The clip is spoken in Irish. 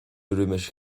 roimh